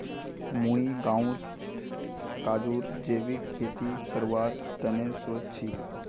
मुई गांउत काजूर जैविक खेती करवार तने सोच छि